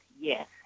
yes